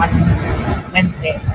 Wednesday